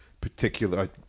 particular